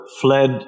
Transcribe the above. fled